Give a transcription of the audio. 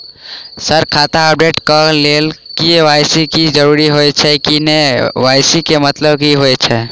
Sir खाता update करऽ लेल के.वाई.सी की जरुरत होइ छैय इ के.वाई.सी केँ मतलब की होइ छैय?